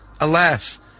Alas